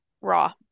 Raw